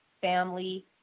family